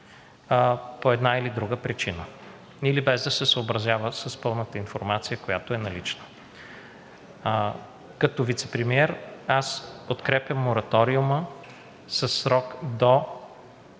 по една или друга причина или без да се съобразява с пълната информация, която е налична. Като вицепремиер аз подкрепям мораториума със срок до